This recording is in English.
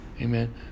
amen